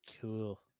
cool